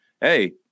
hey